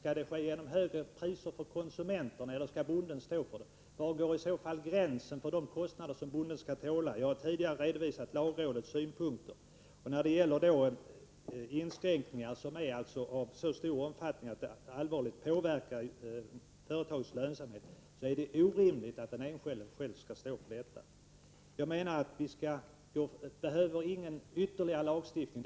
Skall det ske genom högre priser för konsumenterna, eller skall bonden stå för förlusten? Var går gränsen för de kostnader som bonden skall tåla? Jag har tidigare redovisat lagrådets synpunkter. När det gäller inskränkningar av så stor omfattning att de allvarligt påverkar ett företags lönsamhet är det orimligt att den enskilde själv skall stå för följderna. Det behövs ingen ytterligare lagstiftning.